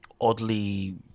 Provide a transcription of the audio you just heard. oddly